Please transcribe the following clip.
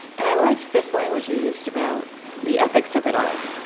and i liked this language you used about the ethics of it all.